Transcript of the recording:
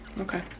Okay